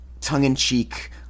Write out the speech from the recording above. tongue-in-cheek